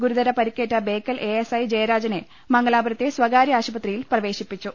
ഗുരുതര പരിക്കേറ്റ Bekal A S I ജയരാജനെ മംഗലാപുരത്തെ സ്ഥകാര്യ ആശുപത്രിയിൽ പ്രവേശിപ്പിച്ചു